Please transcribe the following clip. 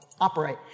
operate